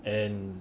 and